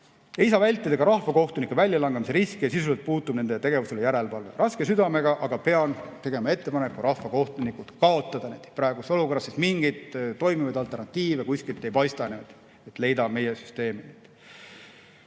Ei saa vältida ka rahvakohtunike väljalangemise riske ja sisuliselt puudub nende tegevuse üle järelevalve. Raske südamega, aga pean tegema ettepaneku rahvakohtunikud kaotada praeguses olukorras, sest mingeid toimivaid alternatiive kuskilt ei paista, et leida need meie süsteemi.